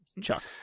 Chuck